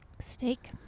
steak